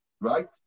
Right